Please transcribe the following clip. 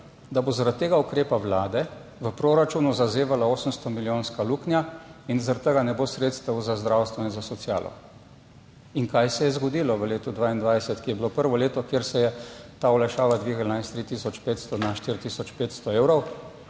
da bo zaradi tega ukrepa Vlade v proračunu zazevala 800-milijonska luknja in zaradi tega ne bo sredstev za zdravstvo in za socialo. In kaj se je zgodilo v letu 2022, ki je bilo prvo leto, kjer se je ta olajšava dvignila s 3500 na 4500 evrov?